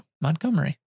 Montgomery